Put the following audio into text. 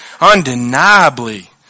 undeniably